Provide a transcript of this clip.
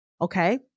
Okay